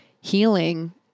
healing